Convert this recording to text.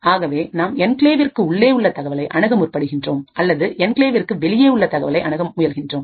ஆகவே நாம் என்கிளேவிற்கு உள்ளே உள்ள தகவலை அணுக முற்படுகிறோம் அல்லது என்கிளேவிற்கு வெளியே உள்ள தகவலை அணுக முயல்கின்றோம்